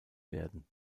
werden